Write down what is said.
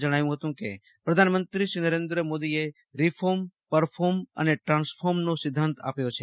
તેમણે જણાવ્યું કે પ્રધાનમંત્રી નરેન્દ્ર મોદીએ રીફોર્મ પરફોર્મ અને ટ્રાન્સફોર્મનો સિધ્ધાંત આપ્યો છે